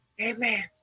Amen